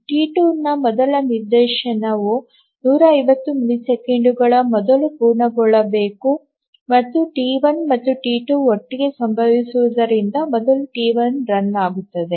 T two ನ ಮೊದಲ ನಿದರ್ಶನವು 150 ಮಿಲಿಸೆಕೆಂಡುಗಳ ಮೊದಲು ಪೂರ್ಣಗೊಳ್ಳಬೇಕು ಮತ್ತು ಟಿ1 ಮತ್ತು ಟಿ2 ಒಟ್ಟಿಗೆ ಸಂಭವಿಸುವುದರಿಂದ ಮೊದಲ ಟಿ1 ರನ್ ಆಗುತ್ತದೆ